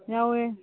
ꯌꯥꯎꯋꯦ